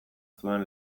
zuen